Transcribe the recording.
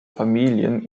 familien